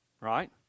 right